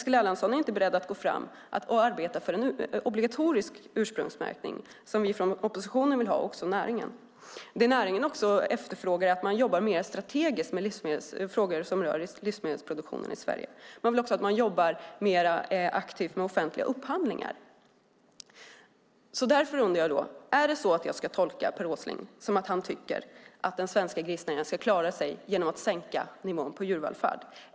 Han är inte beredd att gå fram med och arbeta för en obligatorisk ursprungsmärkning, som vi från oppositionen och näringen vill ha. Det näringen också efterfrågar är att man ska jobba mer strategiskt med frågor som rör livsmedelsproduktionen i Sverige. De vill också att man ska jobba mer aktivt med offentliga upphandlingar. Därför undrar jag: Ska jag tolka Per Åsling som att han tycker att den svenska grisnäringen ska klara sig genom att sänka nivån på djurvälfärd?